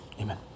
amen